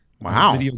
Wow